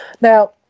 Now